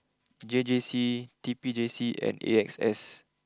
J J C T P J C and A X S